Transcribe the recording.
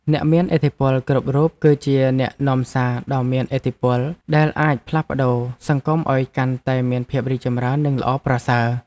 អ្នកមានឥទ្ធិពលគ្រប់រូបគឺជាអ្នកនាំសារដ៏មានឥទ្ធិពលដែលអាចផ្លាស់ប្តូរសង្គមឱ្យកាន់តែមានភាពរីកចម្រើននិងល្អប្រសើរ។